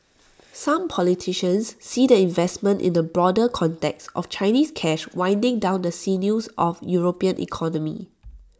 some politicians see the investment in the broader context of Chinese cash winding around the sinews of european economy